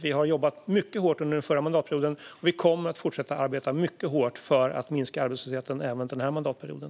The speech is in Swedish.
Vi har jobbat mycket hårt under den förra mandatperioden, och vi kommer att arbeta mycket hårt för att minska arbetslösheten även under den här mandatperioden.